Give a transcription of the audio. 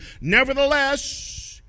Nevertheless